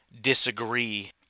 disagree